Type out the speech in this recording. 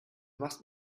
machst